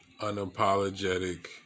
unapologetic